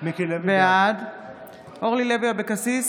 בעד אורלי לוי אבקסיס,